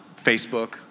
Facebook